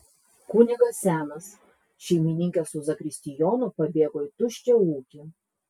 kunigas senas šeimininkė su zakristijonu pabėgo į tuščią ūkį